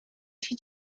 się